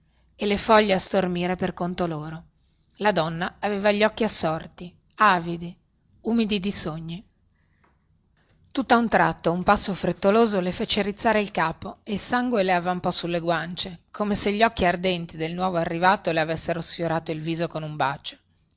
e le foglie a stormire per conto loro la donna aveva gli occhi assorti avidi umidi di sogni tutta un tratto un passo frettoloso le fece rizzare il capo e il sangue le avvampò sulle guance come se gli occhi ardenti del nuovo arrivato le avessero sfiorato il viso con un bacio